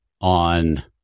on